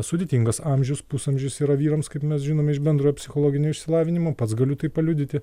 sudėtingas amžius pusamžis yra vyrams kaip mes žinome iš bendro psichologinio išsilavinimo pats galiu tai paliudyti